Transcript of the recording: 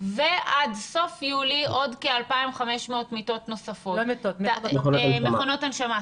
ועד סוף יולי עוד כ-2,500 מכונות הנשמה.